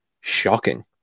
shocking